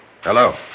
Hello